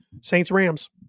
Saints-Rams